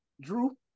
Drew